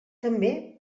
també